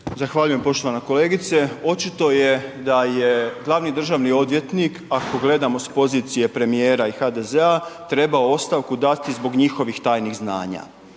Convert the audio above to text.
Zahvaljujem poštovana kolegice. Očito je da je glavni državni odvjetnik ako gledamo s pozicije premijera i HDZ-a, trebao ostavku dati zbog njihovih tajnih znanja